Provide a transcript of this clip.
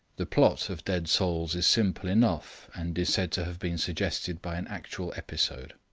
the plot of dead souls is simple enough, and is said to have been suggested by an actual episode.